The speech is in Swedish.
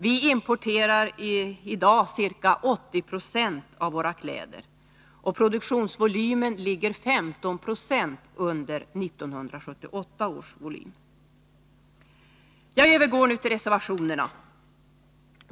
Vi importerar i dag ca 80 0 av våra kläder, och produktionsvolymen ligger 15 90 under 1978 års volym. Jag går nu över till reservationerna.